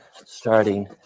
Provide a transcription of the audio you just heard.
starting